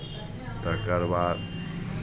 तकरबाद